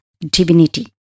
Divinity